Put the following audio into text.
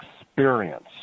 experience